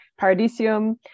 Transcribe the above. Paradisium